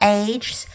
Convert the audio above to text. ages